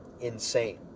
insane